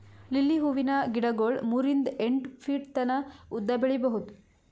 lily ಹೂವಿನ ಗಿಡಗೊಳ್ ಮೂರಿಂದ್ ಎಂಟ್ ಫೀಟ್ ತನ ಉದ್ದ್ ಬೆಳಿಬಹುದ್